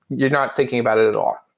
you're not thinking about it at all.